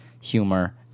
humor